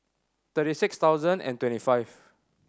thirty six thousand and twenty five